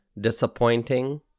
disappointing